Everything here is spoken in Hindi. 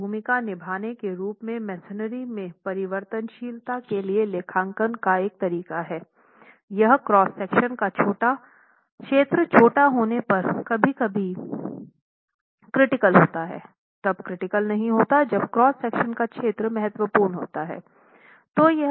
तो यह भूमिका निभाने के रूप में मेसनरी में परिवर्तनशीलता के लिए लेखांकन का एक तरीका है यह क्रॉस सेक्शन का क्षेत्र छोटा होने पर कभी कभी क्रिटिकल होता है तब क्रिटिकल नहीं होता जब क्रॉस सेक्शन का क्षेत्र महत्वपूर्ण होता है